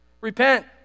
Repent